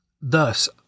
Thus